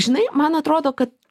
žinai man atrodo kad